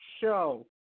show